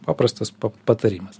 paprastas patarimas